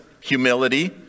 humility